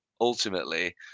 ultimately